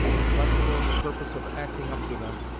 inflexible in the purpose of acting up to them,